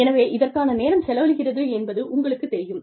எனவே இதற்கான நேரம் செலவழிகிறது என்பது உங்களுக்குத் தெரியும்